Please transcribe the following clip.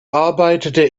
arbeitete